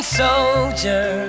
soldier